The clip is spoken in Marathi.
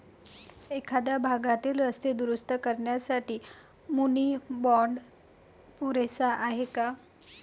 एखाद्या भागातील रस्ते दुरुस्त करण्यासाठी मुनी बाँड पुरेसा आहे का?